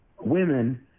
women